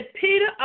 Peter